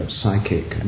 psychic